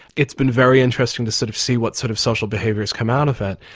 it's been very interesting to sort of see what sort of social behaviours come out of it.